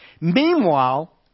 Meanwhile